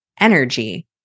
energy